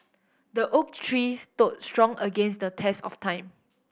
the oak tree stood strong against the test of time